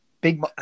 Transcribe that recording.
big